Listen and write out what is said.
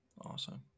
awesome